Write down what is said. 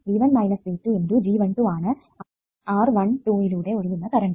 V1 V2 × G12 ആണ് R12 യിലൂടെ ഒഴുകുന്ന കറണ്ട്